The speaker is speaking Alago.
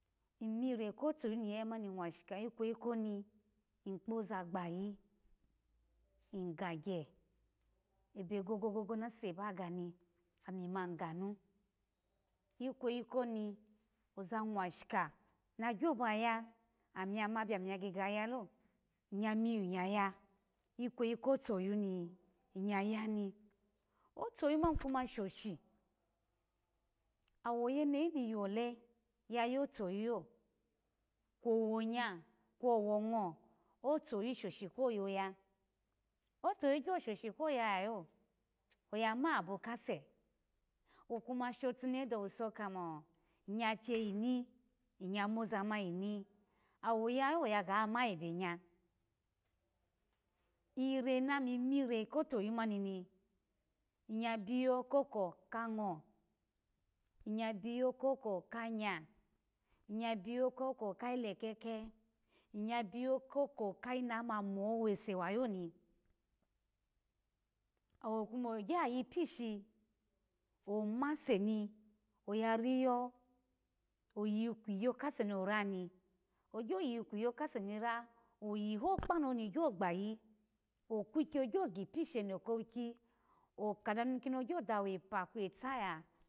Imiri kotoye ni ya yamani mwashi ka ikweyi koni ikpozaa gbayi igagye ebe gogogo nase ba ga ni ami ma iganu ikweyi koni oza mwashika na gyoba ya ami ya ma biya gege yayalo iya miyu ya ya ikweyi kotoyu niya ni otoyu mani shoshi awoyenehi ni yole yu yofuyuyo owonya kwongo atoyu shoshi ko yoya atoyu gyo shoshi ko yoya yayo oya ma abo kase okuma shotunehe dowuso mo iya piye ini iya moza mani ini awo yalo oga gamu ebegya ire nami mire ko toyu mani ni iya biyo koko kango iya biyo koko kanya iya biyo koko kayi lekeke iya biyo koko kayi nama mowese wayoni awo kuma ogyo ya yipishi omase ni oya riyo oyiyikwiyo kase ni o ra ni egyo yiyi kwiyo kase ni ra oyiho kpanu oni gyogbayi okwikye gyo gipish eno ko weki oka donu kini ogyo dawo epa kweta ya